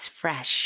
fresh